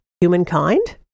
humankind